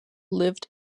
lived